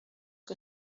que